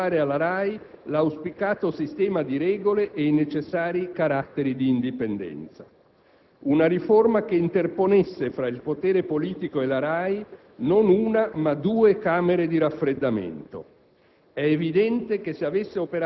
una riforma che potesse assicurare alla RAI l'auspicato sistema di regole e i necessari caratteri di indipendenza; una riforma che interponesse, fra il potere politico e la RAI, non una, ma due camere di raffreddamento.